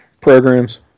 programs